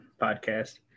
podcast